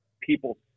people